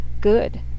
good